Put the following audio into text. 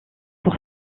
pour